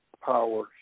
power